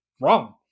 wrong